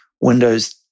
Windows